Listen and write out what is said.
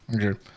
okay